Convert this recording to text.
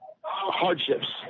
hardships